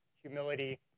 humility